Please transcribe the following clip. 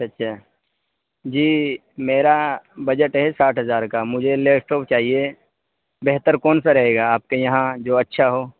اچھا جی میرا بجٹ ہے ساٹھ ہزار کا مجھے لیپ ٹاپ چاہیے بہتر کون سا رہے گا آپ کے یہاں جو اچھا ہو